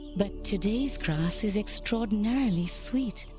but today's grass is extraordinarily sweet.